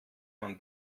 man